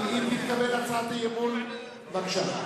כי אם תתקבל הצעת האי-אמון, בבקשה,